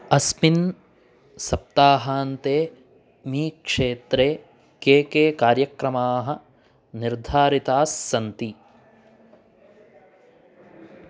अस्मिन् सप्ताहान्ते अमी क्षेत्रे के के कार्यक्रमाः निर्धारितास्सन्ति